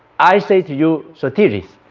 i say to you sotiris,